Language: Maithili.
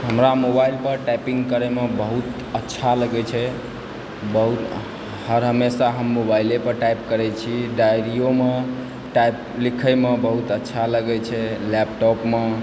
हमरा मोबाइल पर टाइपिंग करयमे बहुत अच्छा लगय छै बहुत हर हमेशा हम मोबाइले पर टाइप करय छी कि डायरिओमऽ लिखयमे बहुत अच्छा लगय छै लैपटॉपमऽ